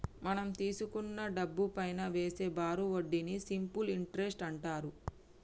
మనం తీసుకున్న డబ్బుపైనా వేసే బారు వడ్డీని సింపుల్ ఇంటరెస్ట్ అంటారు